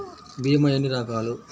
భీమ ఎన్ని రకాలు?